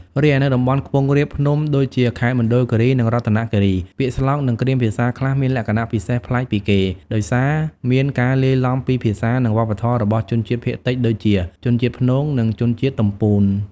រីឯនៅតំបន់ខ្ពង់រាបភ្នំដូចជាខេត្តមណ្ឌលគិរីនិងរតនគិរី ពាក្យស្លោកនិងគ្រាមភាសាខ្លះមានលក្ខណៈពិសេសប្លែកពីគេ ដោយសារមានការលាយឡំពីភាសានិងវប្បធម៌របស់ជនជាតិភាគតិចដូចជា ជនជាតិព្នង និងជនជាតិទំពូន។